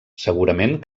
segurament